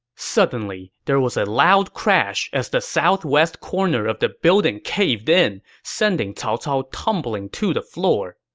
suddenly, there was a loud crash as the southwest corner of the building caved in, sending cao cao tumbling to the floor.